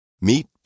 Meet